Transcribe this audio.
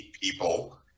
people